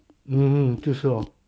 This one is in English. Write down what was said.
嗯就是咯